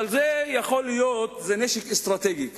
אבל זה נשק אסטרטגי כזה.